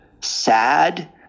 sad